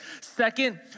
Second